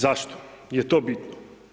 Zašto je to bitno?